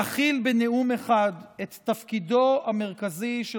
להכיל בנאום אחד את תפקידו המרכזי של